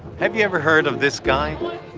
have you ever heard of this guy?